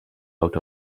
out